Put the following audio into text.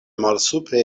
malsupre